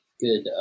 good